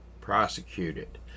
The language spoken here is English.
prosecuted